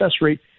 rate